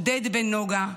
עודד בן נגה,